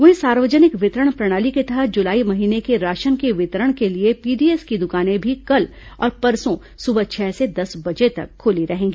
वहीं सार्वजनिक वितरण प्रणाली के तहत जुलाई महीने के राशन के वितरण के लिए पीडीएस की दुकानें भी कल और परसों सुबह छह से दस बजे तक खुली रहेंगी